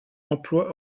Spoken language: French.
emploi